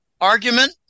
argument